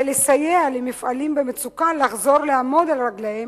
לסייע למפעלים במצוקה לחזור ולעמוד על רגליהם.